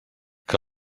que